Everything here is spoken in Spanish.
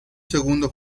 segundo